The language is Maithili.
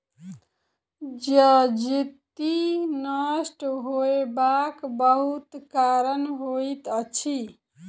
जजति नष्ट होयबाक बहुत कारण होइत अछि